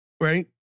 right